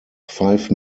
five